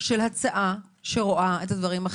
של הצעה שרואה אחרת את הדברים?